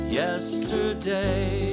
yesterday